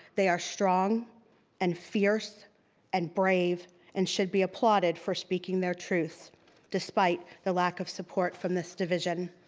they are strong and fierce and brave and should be applauded for speaking their truths despite the lack of support from this division.